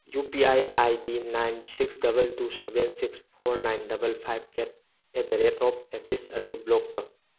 U P I I D nine six double two seven six four nine double five eight eight the rate of excise ꯑꯗꯨ block ꯇꯧ